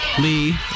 Lee